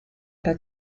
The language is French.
pas